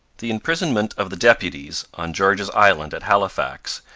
the imprisonment of the deputies, on george's island at halifax,